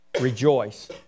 rejoice